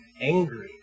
angry